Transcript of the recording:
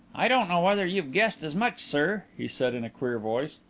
i don't know whether you've guessed as much, sir, he said in a queer voice,